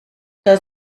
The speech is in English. does